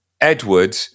Edward